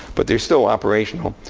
but they're still operational.